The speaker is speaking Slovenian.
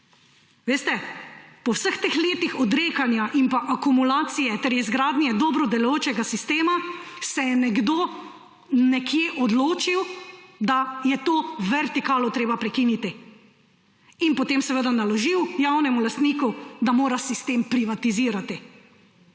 Veste, po vseh teh letih odrekanja in akumulacije ter izgradnje dobro delujočega sistema se je nekdo nekje odločil, da je to vertikalo treba prekiniti, in potem seveda naložil javnemu lastniku, da mora sistem privatizirati